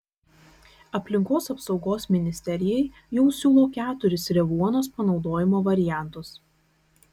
aplinkos apsaugos ministerijai jau siūlo keturis revuonos panaudojimo variantus